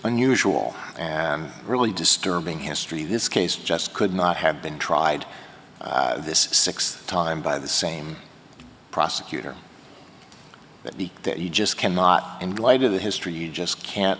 unusual and really disturbing history of this case just could not have been tried this sixth time by the same prosecutor that the that you just cannot and light of the history you just can't